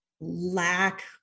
lack